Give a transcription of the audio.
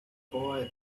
boy